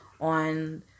on